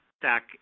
stack